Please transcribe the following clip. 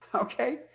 Okay